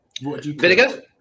Vinegar